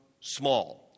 small